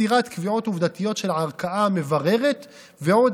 סתירת קביעות עובדתיות של ערכאה מבררת ועוד